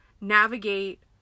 navigate